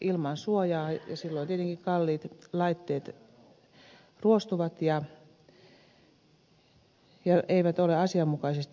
ilman suojaa ja silloin tietenkin kalliit laitteet ruostuvat ja eivät ole asianmukaisesti sijoitettuna